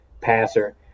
passer